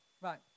Right